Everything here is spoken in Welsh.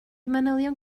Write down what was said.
manylion